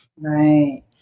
Right